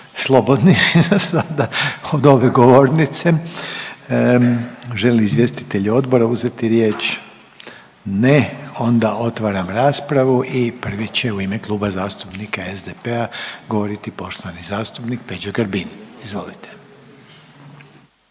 slobodni od ove govornice. Žele li izvjestitelji odbora uzeti riječ? Ne. Onda otvaram raspravu i prvi će u ime Kluba zastupnika SDP-a govoriti poštovani zastupnik Peđa Grbin. Izvolite.